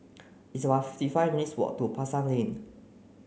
it's about fifty five minutes' walk to Pasar Lane